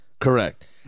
Correct